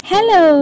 Hello